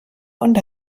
und